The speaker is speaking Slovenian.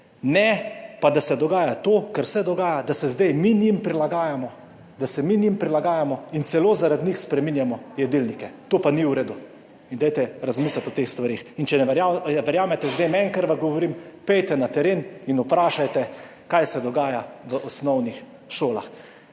Ne pa, da se dogaja to, kar se dogaja, da se zdaj mi njim prilagajamo, da se mi njim prilagajamo in celo zaradi njih spreminjamo jedilnike. To pa ni v redu. Dajte razmisliti o teh stvareh. In če ne verjamete zdaj meni, kar vam govorim, pojdite na teren in vprašajte, kaj se dogaja v osnovnih šolah.